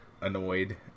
annoyed